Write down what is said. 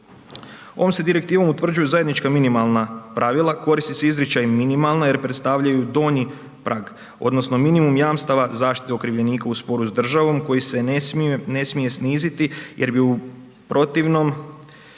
Ovom se direktivom utvrđuju zajednička minimalna pravila, koristi se izričaj minimalna jer predstavljaju donji prag odnosno minimum jamstava zaštite okrivljenika u sporu s državnom koje se ne smije sniziti jer bi u protivnom